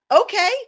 Okay